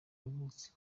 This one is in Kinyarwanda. yavutse